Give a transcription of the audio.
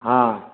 ହଁ